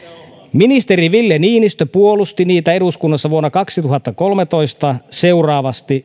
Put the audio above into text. ministeri ville niinistö puolusti niitä eduskunnassa vuonna kaksituhattakolmetoista seuraavasti